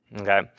Okay